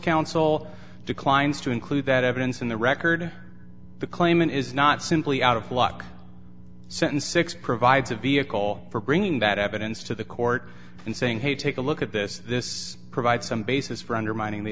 council declines to include that evidence in the record the claimant is not simply out of luck sensex provides a vehicle for bringing that evidence to the court and saying hey take a look at this this provides some basis for undermining the